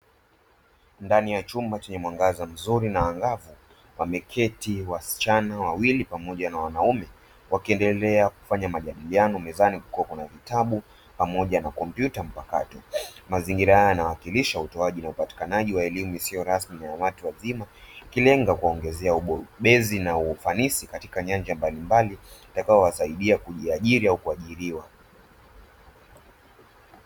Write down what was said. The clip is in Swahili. Ndani ya chumba chenye mwangaza mzuri na angavu wameketi wasichana wawili pamoja na wanaume wakiendelea kufanya majadiliano mezani kukiwa kuna kitabu pamoja na kompyuta mpakato, mazingira haya yanawakilisha utoaji wa upatikanaji wa elimu isiyo rasmi ya watu wazima ikilenga kuongezea ubobezi na ufanisi katika nyanja mbalimbali itakayo wasaidia kujiajiri au kuajiriwa.